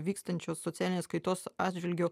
vykstančios socialinės kaitos atžvilgiu